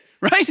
right